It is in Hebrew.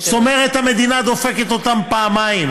זאת אומרת, המדינה דופקת אותם פעמיים.